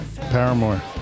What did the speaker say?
Paramore